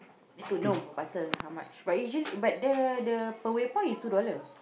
need to know per parcel how much but usually but the the per waypoint is two dollars